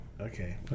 Okay